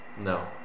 No